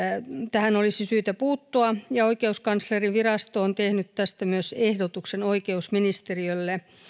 tähän olisi syytä puuttua oikeuskanslerinvirasto on tehnyt tästä myös ehdotuksen oikeusministeriölle